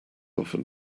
often